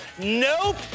Nope